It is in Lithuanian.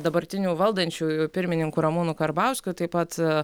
dabartinių valdančiųjų pirmininku ramūnu karbauskiu taip pat